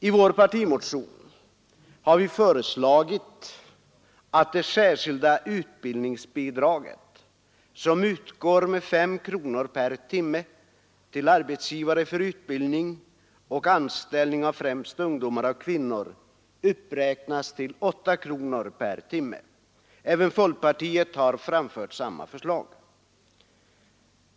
I vår partimotion har vi föreslagit att det särskilda utbildningsbidraget, som utgår med 5 kronor per timme till arbetsgivare för anställning av främst ungdomar och kvinnor, uppräknas till 8 kronor per timme. Även folkpartiet har framfört samma förslag.